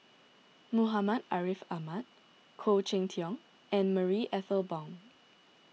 Muhammad Ariff Ahmad Khoo Cheng Tiong and Marie Ethel Bong